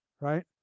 right